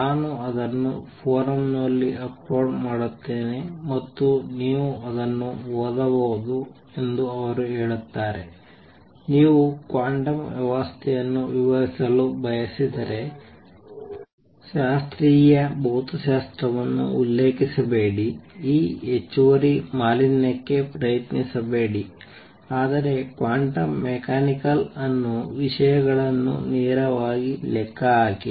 ನಾನು ಅದನ್ನು ಫೋರಂ ನಲ್ಲಿ ಅಪ್ಲೋಡ್ ಮಾಡುತ್ತೇನೆ ಮತ್ತು ನೀವು ಅದನ್ನು ಓದಬಹುದು ಎಂದು ಅವರು ಹೇಳುತ್ತಾರೆ ನೀವು ಕ್ವಾಂಟಮ್ ವ್ಯವಸ್ಥೆಯನ್ನು ವಿವರಿಸಲು ಬಯಸಿದರೆ ಶಾಸ್ತ್ರೀಯ ಭೌತಶಾಸ್ತ್ರವನ್ನು ಉಲ್ಲೇಖಿಸಬೇಡಿ ಈ ಹೆಚ್ಚುವರಿ ಮಾಲಿನ್ಯಕ್ಕೆ ಪ್ರಯತ್ನಿಸಬೇಡಿ ಆದರೆ ಕ್ವಾಂಟಮ್ ಮೆಕ್ಯಾನಿಕಲ್ ಅನ್ನು ವಿಷಯಗಳನ್ನು ನೇರವಾಗಿ ಲೆಕ್ಕಹಾಕಿ